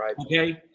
Okay